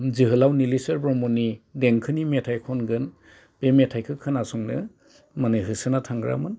जोहोलाव नीलेस्वर ब्रह्मनि देंखोनि मेथाइ खनगोन बे मेथाइखौ खोनासंनो माने होसोना थांग्रामोन